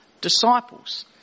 disciples